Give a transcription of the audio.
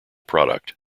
product